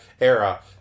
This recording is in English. era